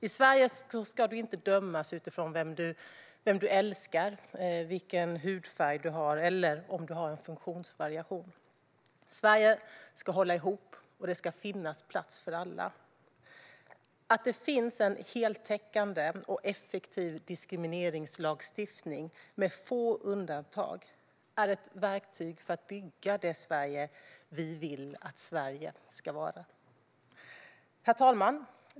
I Sverige ska du inte dömas utifrån vem du älskar, vilken hudfärg du har eller om du har en funktionsvariation. Sverige ska hålla ihop, och det ska finnas plats för alla. En heltäckande och effektiv diskrimineringslagstiftning, med få undantag, är ett verktyg för att bygga Sverige så som vi vill att det ska vara. Herr talman!